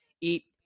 eat